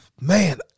man